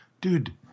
Dude